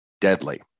deadly